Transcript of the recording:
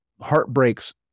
heartbreaks